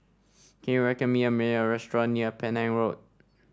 can you recommend me a measure restaurant near Penang Road